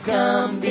Come